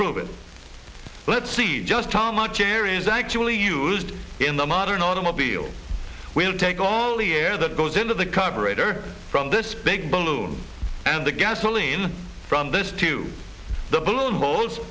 prove it let's see just how much air is actually used in the modern automobile we'll take all the air that goes into the carburetor from this big balloon and the gasoline from this to the b